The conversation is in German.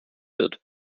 wird